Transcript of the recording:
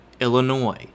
Illinois